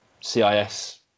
CIS